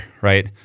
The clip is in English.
right